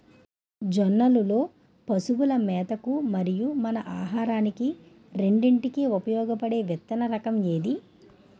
జొన్నలు లో పశువుల మేత కి మరియు మన ఆహారానికి రెండింటికి ఉపయోగపడే విత్తన రకం ఏది?